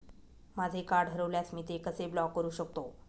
माझे कार्ड हरवल्यास मी ते कसे ब्लॉक करु शकतो?